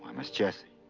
um miss jessie.